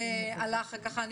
לכך.